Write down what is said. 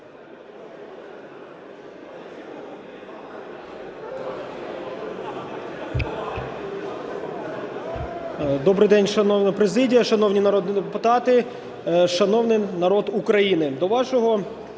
Добрий день, шановна президія, шановні народні депутати, шановний народ України! До вашої